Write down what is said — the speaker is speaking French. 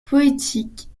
poétiques